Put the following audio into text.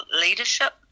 leadership